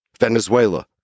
Venezuela